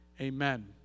Amen